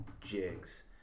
jigs